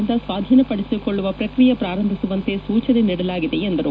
ಯಿಂದ ಸ್ವಾಧೀನಪಡಿಸಿಕೊಳ್ಳುವ ಪ್ರಕ್ರಿಯೆ ಪ್ರಾರಂಭಿಸುವಂತೆ ಸೂಚನೆ ನೀಡಲಾಗಿದೆ ಎಂದರು